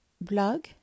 blog